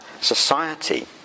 society